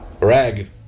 Rag